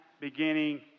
beginning